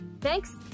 Thanks